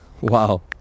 Wow